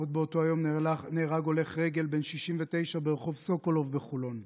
עוד באותו היום נהרג הולך רגל בן 69 ברחוב סוקולוב בחולון.